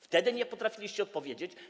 Wtedy nie potrafiliście odpowiedzieć.